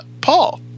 Paul